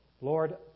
Lord